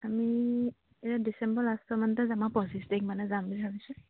আমি এতিয়া ডিচেম্বৰ লাষ্টৰ মানতে যাম পঁচিছ তাৰিখ মানে যাম বুলি ভাবিছোঁ